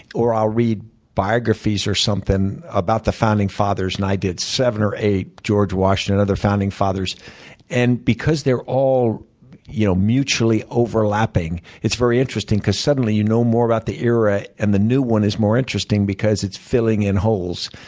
or i'll read biographies or something about the founding fathers. and i did seven or eight george washington and other founding fathers and because they're all you know mutually overlapping, it's very interesting because suddenly you know more about the era and the new one is more interesting because it's filing in holes.